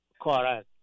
Correct